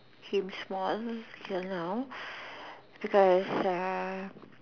him small till now because uh